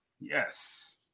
Yes